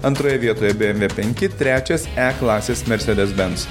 antroje vietoje bmw penki trečias e klasės mercedes benz